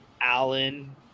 Allen